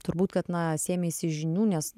turbūt kad na sėmeisi žinių nes